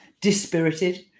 dispirited